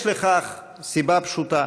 יש לכך סיבה פשוטה: